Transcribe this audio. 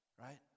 right